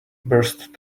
burst